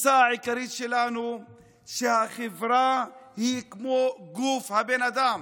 התפיסה העיקרית שלנו היא שהחברה היא כמו גוף של בן אדם,